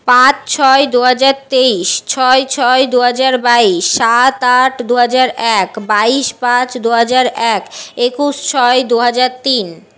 পাঁচ ছয় দুহাজার তেইশ ছয় ছয় দুহাজার বাইশ সাত আট দুহাজার এক বাইশ পাঁচ দুহাজার এক একুশ ছয় দুহাজার তিন